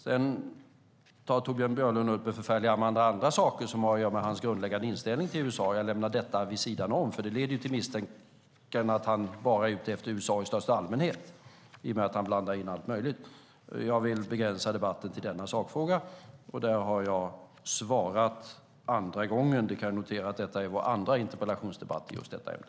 Sedan tar Torbjörn Björlund upp en förfärlig mängd andra saker som har att göra med hans grundläggande inställning till USA, och jag lämnar detta vid sidan om. Det leder till misstanken om att han bara är ute efter USA i största allmänhet i och med att han blandar in allt möjligt. Jag vill begränsa debatten till denna sakfråga, och där har jag svarat för andra gången. Vi kan notera att detta är vår andra interpellationsdebatt i just detta ämne.